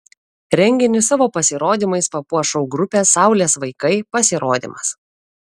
renginį savo pasirodymais papuoš šou grupės saulės vaikai pasirodymas